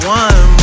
one